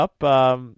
up